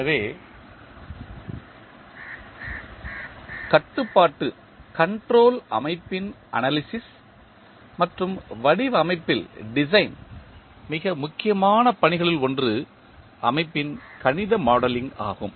எனவே கட்டுப்பாட்டு அமைப்பின் அனாலிசிஸ் மற்றும் வடிவமைப்பில் மிக முக்கியமான பணிகளில் ஒன்று அமைப்பின் கணித மாடலிங் ஆகும்